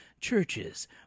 churches